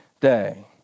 day